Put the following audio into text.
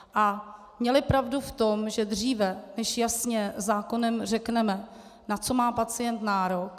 A měli pravdu v tom, že dříve, než jasně zákonem řekneme, na co má pacient nárok...